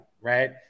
Right